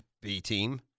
B-team